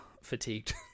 fatigued